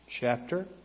chapter